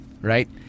Right